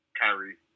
Kyrie